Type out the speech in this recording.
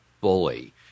bully